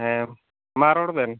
ᱦᱮᱸ ᱢᱟ ᱨᱚᱲ ᱵᱮᱱ